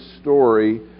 story